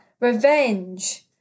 revenge